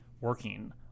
working